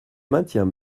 maintiens